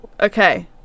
Okay